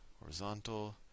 horizontal